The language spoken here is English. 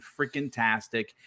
Freaking-tastic